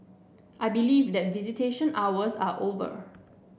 I believe that visitation hours are over